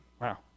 Wow